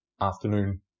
afternoon